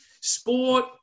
sport